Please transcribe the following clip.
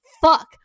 fuck